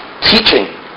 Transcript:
teaching